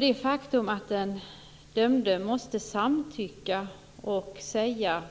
Det faktum att den dömde måste samtycka till att